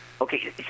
Okay